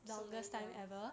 so many years